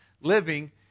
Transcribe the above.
living